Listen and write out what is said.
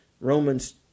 Romans